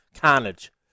carnage